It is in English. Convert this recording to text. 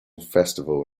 festival